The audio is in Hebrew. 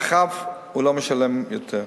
סכום שאחריו הם לא משלמים יותר.